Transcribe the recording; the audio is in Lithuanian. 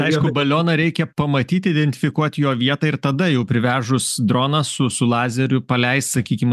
aišku balioną reikia pamatyt identifikuot jo vietą ir tada jau privežus droną su su lazeriu paleist sakykim